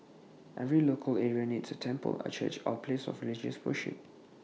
every local area needs A temple A church A place of religious worship